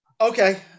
Okay